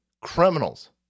criminals